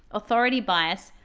authority bias,